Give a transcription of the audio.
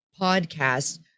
podcast